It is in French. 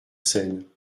seine